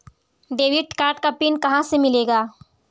Debit card का PIN कहां से मिलेगा?